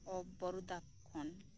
of Baroda ᱠᱷᱚᱱ